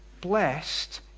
blessed